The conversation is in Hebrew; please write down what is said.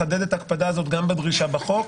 לחדד את ההקפדה הזאת גם בדרישה בחוק,